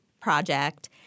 project